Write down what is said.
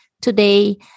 today